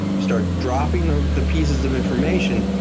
you start dropping the the pieces of information.